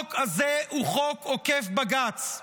החוק הזה הוא חוק עוקף בג"ץ,